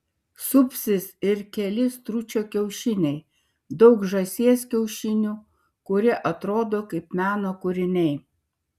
supsis ir keli stručio kiaušiniai daug žąsies kiaušinių kurie atrodo kaip meno kūriniai